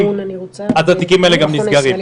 התיקים האלה גם נסגרים.